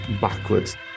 backwards